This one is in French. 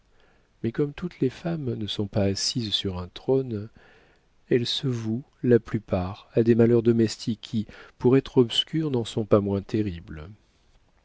mais comme toutes les femmes ne sont pas assises sur un trône elles se vouent la plupart à des malheurs domestiques qui pour être obscurs n'en sont pas moins terribles